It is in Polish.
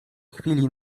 chwili